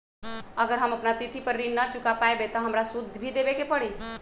अगर हम अपना तिथि पर ऋण न चुका पायेबे त हमरा सूद भी देबे के परि?